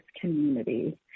community